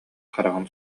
хараҕын